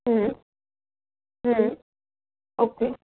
hmm hmm okay